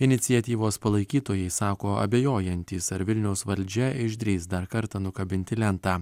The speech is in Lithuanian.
iniciatyvos palaikytojai sako abejojantys ar vilniaus valdžia išdrįs dar kartą nukabinti lentą